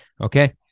okay